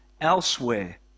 elsewhere